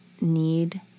need